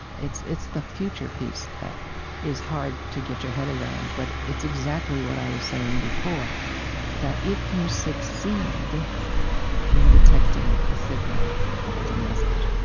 it's it's the future piece that is hard to get your head around, but it's exactly what i was saying before that if you succeed in detecting a signal that has a message,